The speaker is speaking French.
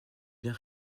bien